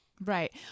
Right